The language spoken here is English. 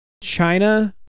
China